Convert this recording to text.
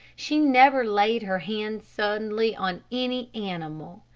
she never laid her hand suddenly on any animal.